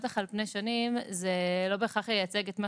בטח על פני שנים זה לא בהכרח ייצג את מה